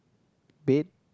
bed